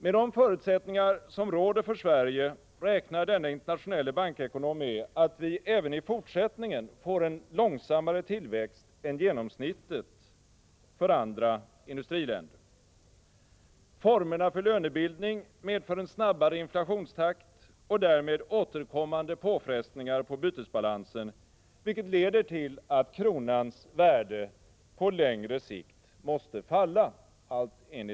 Med de förutsättningar som råder för Sverige räknar denne internationelle bankekonom med att vi även i fortsättningen får en långsammare tillväxt än genomsnittet för andra industriländer. Formerna för lönebildning medför en snabbare inflationstakt och därmed återkommande påfrestningar på bytesbalansen, vilket leder till att kronans värde på längre sikt måste falla.